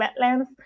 wetlands